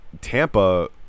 Tampa